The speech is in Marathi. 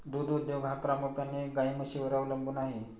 दूध उद्योग हा प्रामुख्याने गाई म्हशींवर अवलंबून आहे